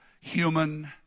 human